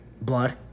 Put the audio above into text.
Blood